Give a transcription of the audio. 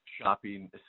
shopping